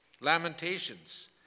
Lamentations